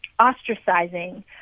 ostracizing